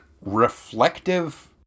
reflective